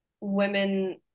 women